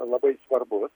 labai svarbus